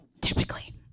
typically